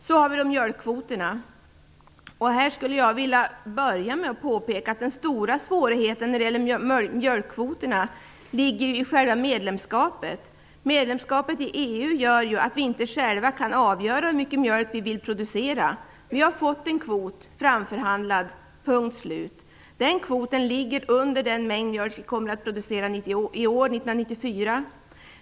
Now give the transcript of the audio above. När det gäller mjölkkvoterna vill jag först påpeka att den stora svårigheten ligger i själva medlemskapet. Medlemskapet gör att vi inte själva kan avgöra hur mycket mjölk vi vill producera. Vi har fått en kvot framförhandlad - punkt och slut. Den kvoten ligger under den mängd mjölk som vi kommer att producera i år, 1994.